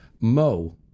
Mo